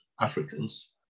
Africans